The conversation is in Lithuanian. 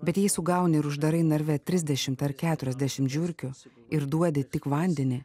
bet jei sugauni ir uždarai narve trisdešimt ar keturiasdešimt žiurkių ir duodi tik vandenį